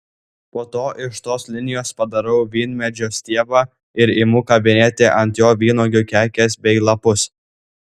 po to iš tos linijos padarau vynmedžio stiebą ir imu kabinėti ant jo vynuogių kekes bei lapus